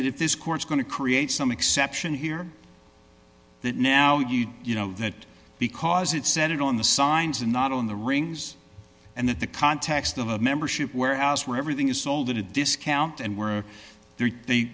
that if this court's going to create some exception here that now you you know that because it said it on the signs and not on the rings and that the context of a membership warehouse where everything is sold at a discount and where